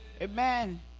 Amen